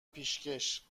پیشکش